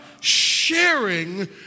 Sharing